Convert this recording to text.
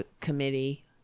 committee